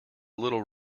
little